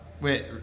Wait